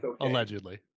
allegedly